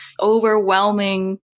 overwhelming